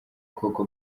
koko